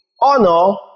honor